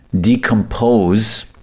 decompose